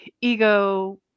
Ego